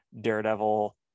daredevil